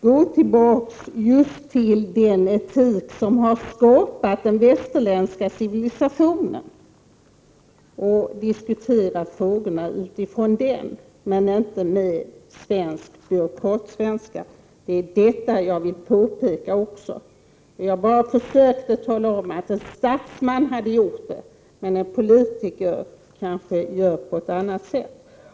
Gå tillbaka just till den etik som har skapat den västerländska civilisationen och diskutera frågorna utifrån den men inte på byråkratsvenska! Detta var jag också inne på. Jag försökte tala om att en statsman hade gjort det, men en politiker kanske gör på ett annat sätt.